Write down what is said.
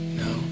no